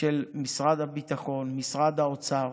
של משרד הביטחון, משרד האוצר,